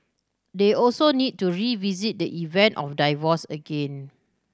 they also need to revisit the event of divorce again